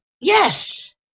Yes